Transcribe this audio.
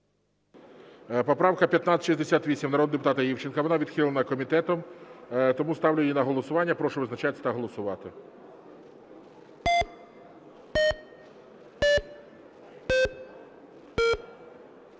Поправка 1568 народного депутата Івченка. Вона відхилена комітетом. Тому ставлю її на голосування. Прошу визначатися та голосувати.